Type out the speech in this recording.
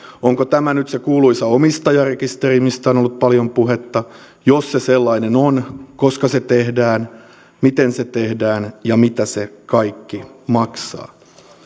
onko tämä nyt se kuuluisa omistajarekisteri mistä on ollut paljon puhetta jos se sellainen on milloin se tehdään miten se tehdään ja mitä se kaikki maksaa